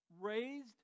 raised